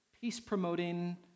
peace-promoting